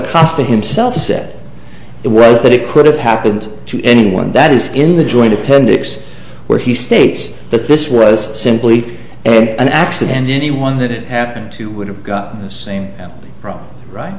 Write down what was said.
cost of himself said it was that it could have happened to anyone that is in the joint appendix where he states that this was simply an accident anyone that it happened to would have gotten the same problem